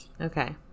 Okay